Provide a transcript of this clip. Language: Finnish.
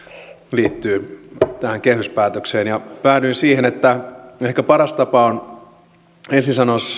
liittyy tähän kehyspäätökseen ja päädyin siihen että ehkä paras tapa on ensin sanoa